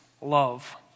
love